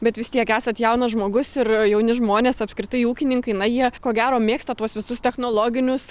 bet vis tiek esat jaunas žmogus ir jauni žmonės apskritai ūkininkai na jie ko gero mėgsta tuos visus technologinius